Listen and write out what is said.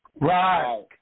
Right